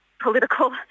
political